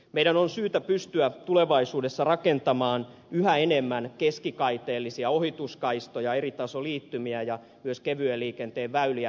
meidän on syytä pystyä tulevaisuudessa rakentamaan yhä enemmän keskikaiteellisia ohituskaistoja eritasoliittymiä ja myös kevyen liikenteen väyliä